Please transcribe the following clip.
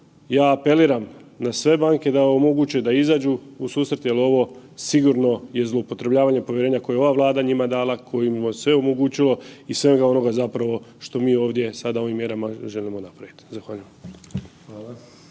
ja apeliram na sve banke da omoguće, da izađu u susret jel ovo sigurno je zloupotrebljavanje povjerenja koje je ova Vlada njima dala, kojima je sve omogućilo i svega onoga zapravo što mi ovdje sada ovim mjerama želimo napravit. Zahvaljujem.